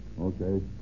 Okay